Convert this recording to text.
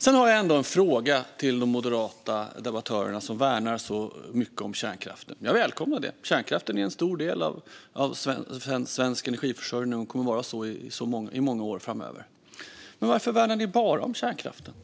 Sedan har jag ändå en fråga till de moderata debattörerna som värnar så mycket om kärnkraften. Jag välkomnar det. Kärnkraften är en stor del av svensk energiförsörjning och kommer att vara det i många år framöver. Men varför värnar ni bara om kärnkraften?